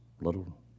little